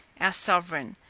our sovereign,